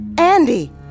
Andy